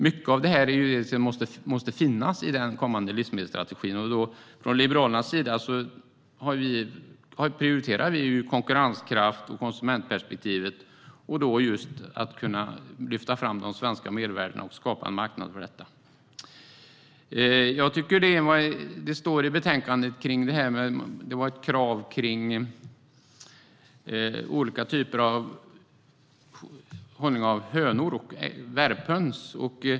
Mycket av detta måste finnas i den kommande livsmedelsstrategin. Vi från Liberalerna prioriterar konkurrenskraft och konsumentperspektivet för att man ska kunna lyfta fram de svenska mervärdena och skapa en marknad för dessa. I betänkandet nämns ett krav på olika typer av hönor och värphöns.